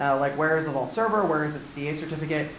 and like where is the vault server, where is its ca certificate.